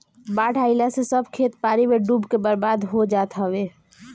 बाढ़ आइला से सब खेत पानी में डूब के बर्बाद हो जात हवे